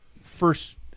first